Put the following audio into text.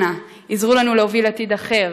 אנא, עזרו לנו להוביל עתיד אחר,